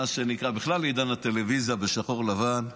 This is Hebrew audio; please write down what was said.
מה שנקרא, עידן הטלוויזיה בשחור-לבן,